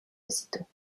aussitôt